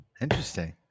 Interesting